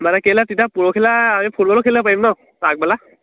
মানে কেলৈ তেতিয়া পৰখিলৈ আমি ফটবলো খেলিব পাৰিম ন আগবেলা